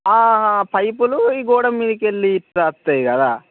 పైపులు ఈ గోడ మీదకెళ్ళి ఇట్లా వస్తాయి కదా